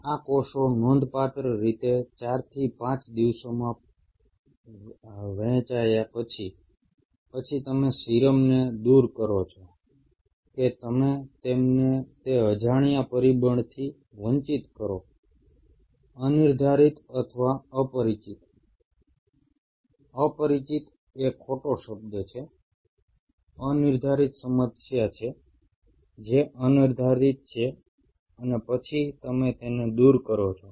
આ કોષો નોંધપાત્ર રીતે 4 થી 5 દિવસોમાં વહેંચાયા પછી પછી તમે સીરમને દૂર કરો છો કે તમે તેમને તે અજાણ્યા પરિબળથી વંચિત કરો અનિર્ધારિત અથવા અપરિચિત અપરિચિત એ ખોટો શબ્દ છે અનિર્ધારિત સમસ્યા છે જે અનિર્ધારિત છે અને પછી તમે તેને દૂર કરો છો